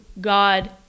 God